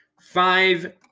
five